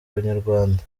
banyarwanda